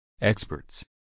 Experts